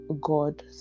god